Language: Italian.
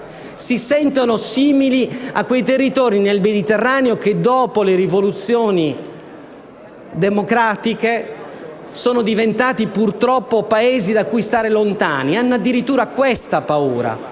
Si sentono simili a quei territori del Mediterraneo che, dopo le rivoluzioni democratiche, sono diventati purtroppo Paesi da cui stare lontani. Hanno addirittura questa paura